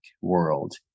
world